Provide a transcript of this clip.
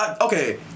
Okay